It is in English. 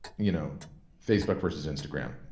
you know facebook versus instagram,